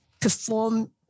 perform